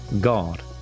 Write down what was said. God